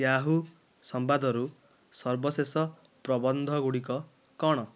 Yahoo ସମ୍ବାଦରୁ ସର୍ବଶେଷ ପ୍ରବନ୍ଧଗୁଡ଼ିକ କ'ଣ